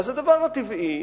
הדבר הטבעי,